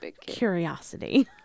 Curiosity